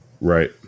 Right